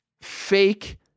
fake